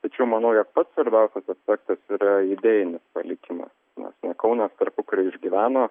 tačiau manau jog pats svarbiausias aspektas yra idėjinis palikimas nes na kaunas tarpukariu išgyveno